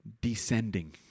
descending